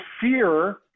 fear